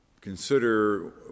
consider